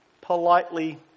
politely